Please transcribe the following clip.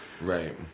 right